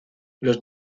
los